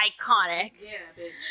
iconic